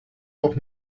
noch